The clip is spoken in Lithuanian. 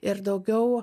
ir daugiau